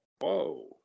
Whoa